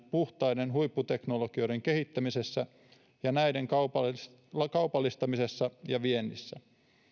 puhtaiden huipputeknologioiden kehittämisessä ja näiden kaupallistamisessa kaupallistamisessa ja viennissä